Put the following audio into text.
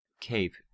cape